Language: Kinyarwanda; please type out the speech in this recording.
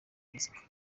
muzika